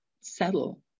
settle